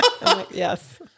Yes